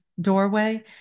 doorway